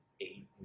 eight